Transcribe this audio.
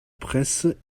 presse